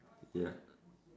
ya